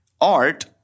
art